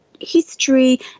history